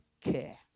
care